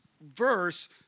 verse